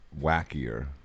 wackier